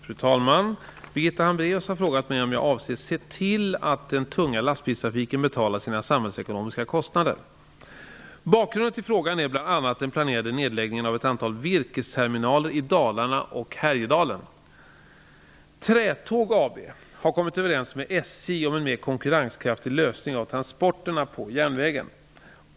Fru talman! Birgitta Hambraeus har frågat mig om jag avser se till att den tunga lastbilstrafiken betalar sina samhällsekonomiska kostnader. Bakgrunden till frågan är bl.a. den planerade nedläggningen av ett antal virkesterminaler i Dalarna och Härjedalen. Trätåg AB har kommit överens med SJ om en mer konkurrenskraftig lösning av transporterna på järnvägen.